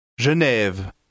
Genève